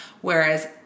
Whereas